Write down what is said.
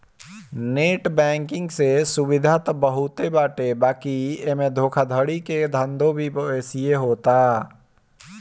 net banking से सुविधा त बहुते बाटे बाकी एमे धोखाधड़ी के धंधो भी बेसिये होता